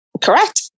Correct